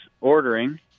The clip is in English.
ordering